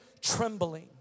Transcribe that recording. trembling